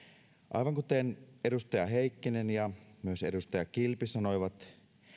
aivan kuten edustaja heikkinen ja myös edustaja kilpi sanoivat